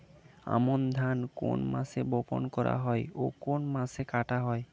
আমন ধান কোন মাসে বপন করা হয় ও কোন মাসে কাটা হয়?